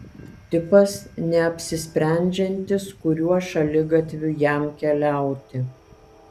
tipas neapsisprendžiantis kuriuo šaligatviu jam keliauti